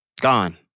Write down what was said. Gone